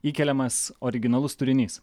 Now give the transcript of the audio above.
įkeliamas originalus turinys